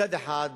מצד אחד,